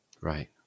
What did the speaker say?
Right